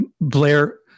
Blair